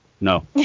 no